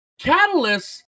catalysts